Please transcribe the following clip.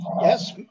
Yes